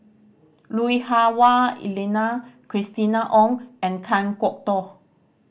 Lui Hah Wah Elena Christina Ong and Kan Kwok Toh